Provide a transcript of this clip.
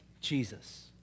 Jesus